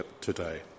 today